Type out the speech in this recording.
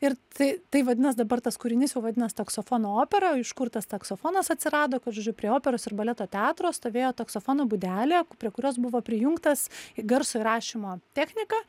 ir tai tai vadinas dabar tas kūrinys jau vadinas taksofono opera iš kur tas taksofonas atsirado kad žodžiu prie operos ir baleto teatro stovėjo taksofono būdelė prie kurios buvo prijungtas į garso įrašymo technika